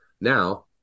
Now